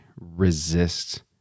resist